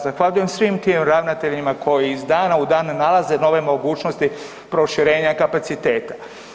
Zahvaljujem svim tim ravnateljima koji iz dana u dan nalaze nove mogućnosti proširenja kapaciteta.